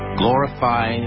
...glorify